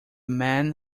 man